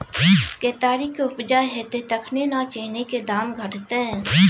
केतारीक उपजा हेतै तखने न चीनीक दाम घटतै